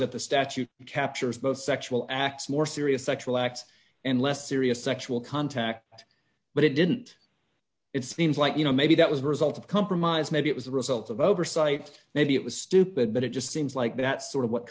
that the statute captures both sexual acts more serious sexual acts and less serious sexual contact but it didn't it seems like you know maybe that was a result of compromise maybe it was the result of oversight maybe it was stupid but it just seems like that's sort of what